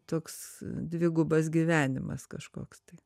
toks dvigubas gyvenimas kažkoks tai